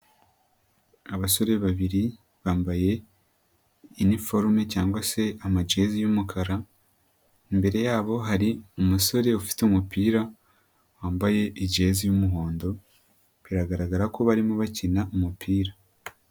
Abasore babiri bambaye iniforume cyangwa se amajezi y'umukara, imbere yabo hari umusore ufite umupira wambaye ijezi y'umuhondo biragaragara ko barimo bakina umupira.